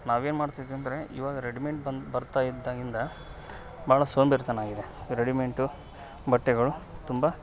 ನಾವೇ ಮಾಡ್ತಿದಿವಿ ಅಂದರೆ ಇವಾಗ ರೆಡಿಮೆಂಟ್ ಬಂದು ಬರ್ತಾ ಇದ್ದಾಗಿಂದ ಭಾಳ ಸೋಂಬೇರಿತನ ಆಗಿದೆ ರೆಡಿಮೆಂಟು ಬಟ್ಟೆಗಳು ತುಂಬ